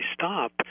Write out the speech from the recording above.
stop